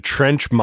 Trench